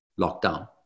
lockdown